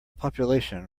population